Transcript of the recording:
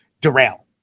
derail